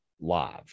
live